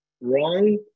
wrong